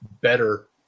better